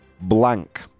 blank